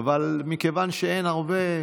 מכיוון שאין הרבה,